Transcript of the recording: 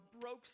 broke